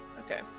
Okay